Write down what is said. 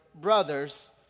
brothers